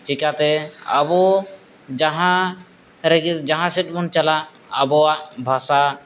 ᱪᱤᱠᱟᱹᱛᱮ ᱟᱵᱚ ᱡᱟᱦᱟᱸ ᱥᱮᱫ ᱵᱚᱱ ᱪᱟᱞᱟᱜ ᱟᱵᱚᱣᱟᱜ ᱵᱷᱟᱥᱟ